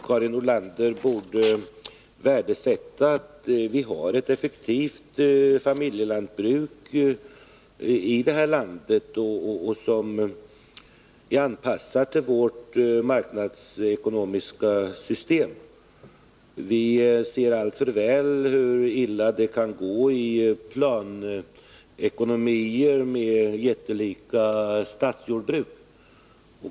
Karin Nordlander borde värdesätta att vi har ett effektivt familjelantbruk i det här landet, som är anpassat till vårt marknadsekonomiska system. Vi ser alltför väl hur illa det kan gå i planekonomier med jättelika statsjordbruk.